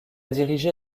dirigé